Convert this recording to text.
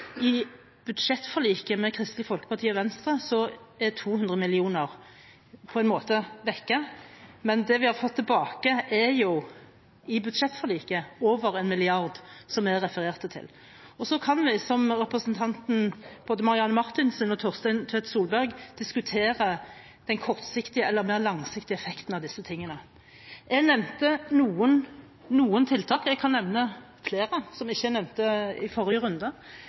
I budsjettforliket med Kristelig Folkeparti og Venstre er 200 mill. kr på en måte borte, men det vi har fått tilbake i budsjettforliket, er over 1 mrd. kr, som jeg refererte til. Så kan vi, som representantene Marianne Marthinsen og Torstein Tvedt Solberg, diskutere den kortsiktige eller mer langsiktige effekten av dette. Jeg nevnte noen tiltak, jeg kan nevne flere som jeg ikke nevnte i forrige runde,